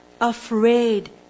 Afraid